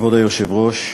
כבוד היושב-ראש,